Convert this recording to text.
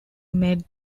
made